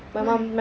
why